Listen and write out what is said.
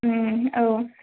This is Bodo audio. औ